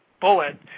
bullet